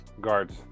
Guards